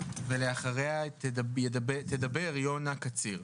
ולאחריה תדבר יונה קציר.